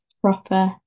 proper